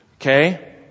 Okay